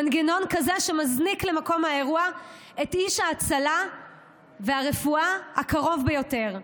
מנגנון כזה שמזניק למקום האירוע את איש ההצלה והרפואה הקרוב ביותר,